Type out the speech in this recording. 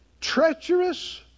treacherous